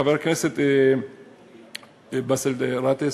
חבר הכנסת באסל גאטס,